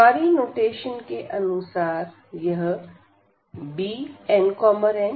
हमारी नोटेशन के अनुसार यह Bnmहै